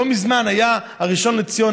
לא מזמן הראשון לציון,